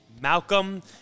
Malcolm